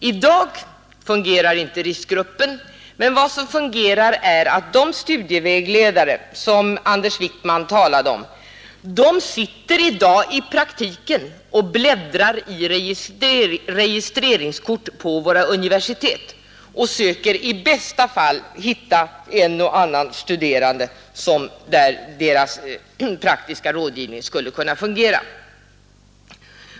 I dag fungerar inte RISK-gruppen, men vad som fungerar är att de studievägledare som Anders Wijkman talade om sitter och bläddrar i registreringskort på våra universitet och i bästa fall söker hitta en och annan studerande för vilken deras praktiska rådgivning skulle kunna fungera.